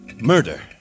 murder